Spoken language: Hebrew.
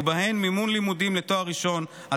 ובהן מימון לימודים לתואר ראשון,